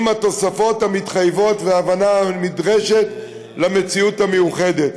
עם התוספות המתחייבות וההבנה הנדרשת של המציאות המיוחדת.